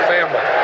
Family